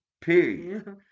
Period